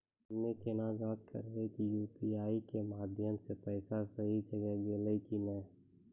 हम्मय केना जाँच करबै की यु.पी.आई के माध्यम से पैसा सही जगह गेलै की नैय?